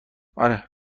آره